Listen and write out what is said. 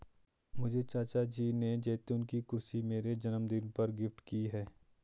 मुझे चाचा जी ने जैतून की कुर्सी मेरे जन्मदिन पर गिफ्ट की है